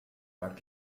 mag